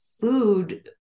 food